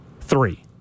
three